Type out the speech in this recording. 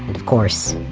and of course,